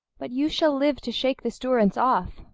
but you shall live to shake this durance off.